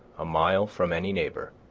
a mile from any neighbor,